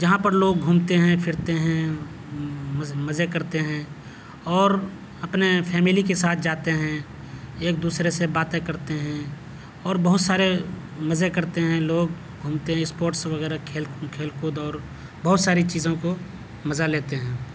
جہاں پر لوگ گھومتے ہیں پھرتے ہیں مزے کرتے ہیں اور اپنے فیملی کے ساتھ جاتے ہیں ایک دوسرے سے باتیں کرتے ہیں اور بہت سارے مزے کرتے ہیں لوگ گھومتے ہیں اسپوٹس وغیرہ کھیل کھیل کود اور بہت ساری چیزوں کو مزہ لیتے ہیں